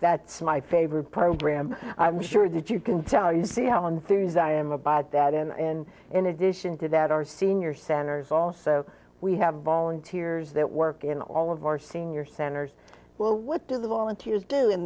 that's my favorite program i'm sure that you can tell you see how one series i am about that and in addition to that our senior centers also we have volunteers that work in all of our senior centers well what do the volunteers do in